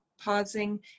pausing